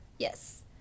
yes